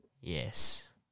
yes